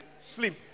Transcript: sleep